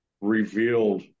revealed